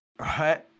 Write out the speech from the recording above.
Right